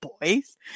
boys